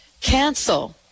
cancel